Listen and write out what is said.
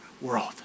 world